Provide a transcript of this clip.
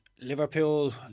Liverpool